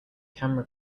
camera